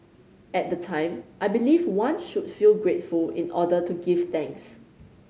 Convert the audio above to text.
at the time I believed one should feel grateful in order to give thanks